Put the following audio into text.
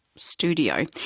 studio